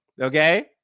okay